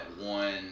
one